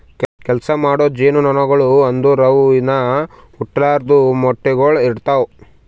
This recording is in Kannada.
ಕೆಲಸ ಮಾಡೋ ಜೇನುನೊಣಗೊಳು ಅಂದುರ್ ಇವು ಇನಾ ಹುಟ್ಲಾರ್ದು ಮೊಟ್ಟೆಗೊಳ್ ಇಡ್ತಾವ್